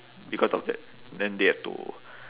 because of that then they have to